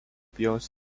pievos